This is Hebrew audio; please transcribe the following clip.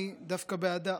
אני דווקא בעדה.